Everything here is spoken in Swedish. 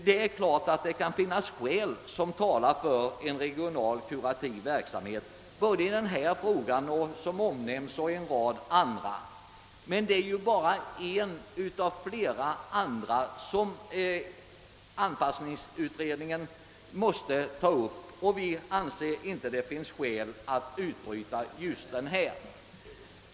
Det är klart att det kan finnas skäl för en regional kurativ verksamhet både på detta och = som det framhållits i utlåtandet — en rad andra områden. Men detta är bara en av många frågor som anpassningsutredningen måste ta upp, och vi anser inte att det finns skäl att bryta ut just denna fråga.